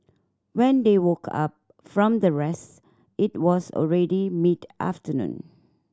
when they woke up from their rest it was already mid afternoon